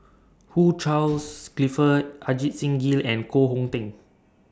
Hugh Charles Clifford Ajit Singh Gill and Koh Hong Teng